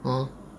orh